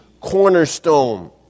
cornerstone